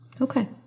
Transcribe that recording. Okay